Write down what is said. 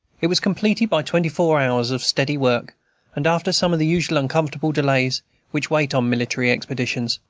it was completed by twenty-four hours of steady work and after some of the usual uncomfortable delays which wait on military expeditions,